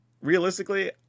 realistically